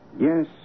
Yes